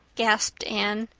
gasped anne.